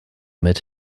mit